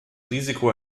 risiko